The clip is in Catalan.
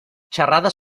xerrades